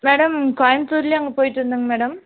madam கோயம்த்தூரில் அங்கே போயிட்ருந்ட்தேங்க மேடம்